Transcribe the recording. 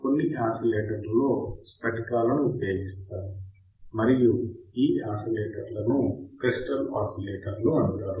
కొన్ని ఆసిలేటర్లలో స్ఫటికాలను ఉపయోగిస్తారు మరియు ఈ ఆసిలేటర్లను క్రిస్టల్ ఆసిలేటర్లు అంటారు